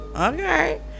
okay